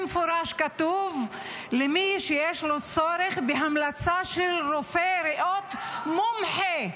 במפורש כתוב: למי שיש לו צורך בהמלצה של רופא ריאות מומחה.